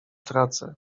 tracę